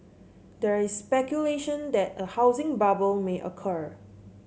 there is speculation that a housing bubble may occur